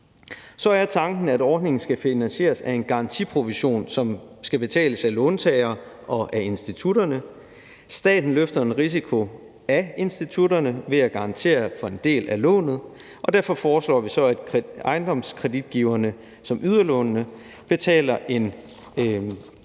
Så er tanken, at ordningen skal finansieres af en garantiprovision, som skal betales af låntagere og af institutter. Staten løfter en risiko af institutterne ved at garantere for en del af lånet, og derfor foreslår vi så, at ejendomskreditgiverne, som yder lånene, betaler en